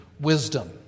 wisdom